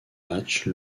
match